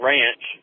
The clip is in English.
Ranch